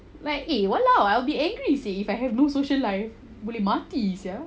like eh !walao! I'll be angry seh if I have no social life boleh mati sia